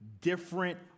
different